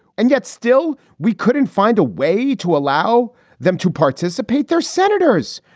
and yet still we couldn't find a way to allow them to participate. their senators.